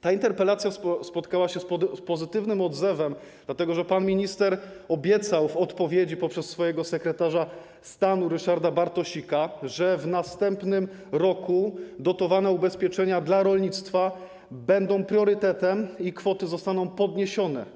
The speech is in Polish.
Ta interpelacja spotkała się z pozytywnym odzewem, dlatego że pan minister obiecał w odpowiedzi poprzez swojego sekretarza stanu Ryszarda Bartosika, że w następnym roku dotowane ubezpieczenia dla rolnictwa będą priorytetem i kwoty zostaną podniesione.